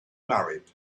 married